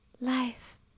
life